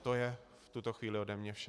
To je v tuto chvíli ode mě vše.